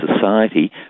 society